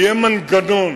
יהיה מנגנון